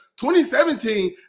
2017